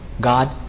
God